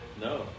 No